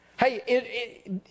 Hey